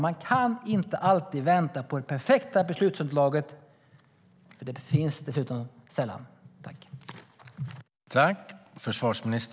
Man kan inte alltid vänta på det perfekta beslutsunderlaget. Det finns dessutom sällan.